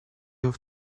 off